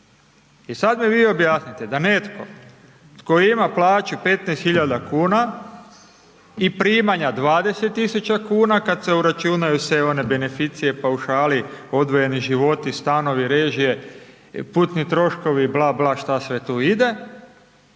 I sad mi vi objasnite da netko tko ima plaću 15.000,00 kn i primanja 20.000,00 kn kad se uračunaju se one beneficije, paušali, odvojeni životi, stanovi, režije, putni troškovi, bla, bla, šta sve tu ide,